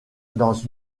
dans